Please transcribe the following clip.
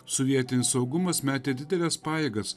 sovietinis saugumas metė dideles pajėgas